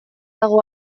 dago